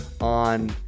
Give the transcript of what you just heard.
On